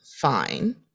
Fine